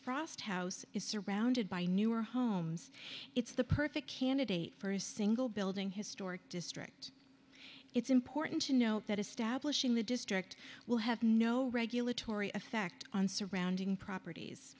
frost house is surrounded by newer homes it's the perfect candidate for a single building historic district it's important to note that establishing the district will have no regulatory effect on surrounding properties